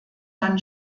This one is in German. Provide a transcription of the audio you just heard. dann